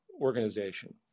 organization